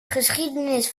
geschiedenis